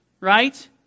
right